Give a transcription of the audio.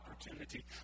opportunity